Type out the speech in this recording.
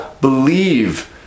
believe